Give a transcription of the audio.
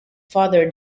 father